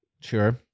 sure